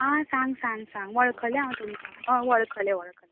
आ सांग सांग सांग वळखलें हांव तुमकां हय वळखलें वळखलें